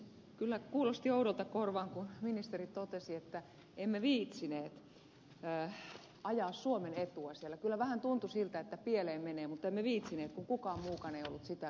kyllä kuulosti oudolta korvaan kun ministeri totesi että emme viitsineet ajaa suomen etua siellä kyllä vähän tuntui siltä että pieleen menee mutta emme viitsineet kun kukaan muukaan ei ollut sitä mieltä